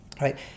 right